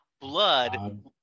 blood